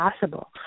possible